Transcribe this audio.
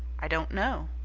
i don't know